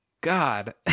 god